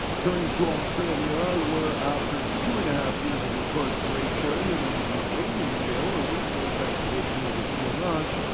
turning to australia, where after two-and-a-half years of incarceration in an iranian jail over false accusations of espionage,